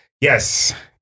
Yes